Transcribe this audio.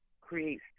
create